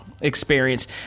experience